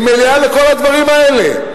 היא מלאה לכל הדברים האלה.